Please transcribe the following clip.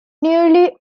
nearly